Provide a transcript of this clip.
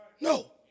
No